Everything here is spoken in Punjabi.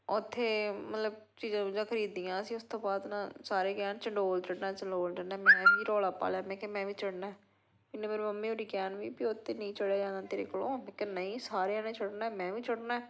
ਉੱਥੇ ਮਤਲਬ ਚੀਜ਼ਾਂ ਚੁਜ਼ਾਂ ਖਰੀਦੀਆਂ ਅਸੀਂ ਉਸ ਤੋਂ ਬਾਅਦ ਨਾ ਸਾਰੇ ਕਹਿਣ ਚੰਡੋਲ ਚੜ੍ਹਨਾ ਚੰਡੋਲ ਚੜ੍ਹਨਾ ਮੈਂ ਵੀ ਰੌਲਾ ਪਾ ਲਿਆ ਮੈਂ ਕਿਹਾ ਮੈਂ ਵੀ ਚੜ੍ਹਨਾ ਇੰਨੇ ਮੇਰੇ ਮਮੀ ਹੋਣੀ ਕਹਿਣ ਵੀ ਉਹ 'ਤੇ ਨਹੀ ਚੜ੍ਹਿਆ ਜਾਣਾ ਤੇਰੇ ਕੋਲੋਂ ਮੈਂ ਕਿਹਾ ਨਹੀਂ ਸਾਰਿਆਂ ਨੇ ਚੜ੍ਹਨਾ ਮੈਂ ਵੀ ਚੜ੍ਹਨਾ